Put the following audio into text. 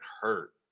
hurt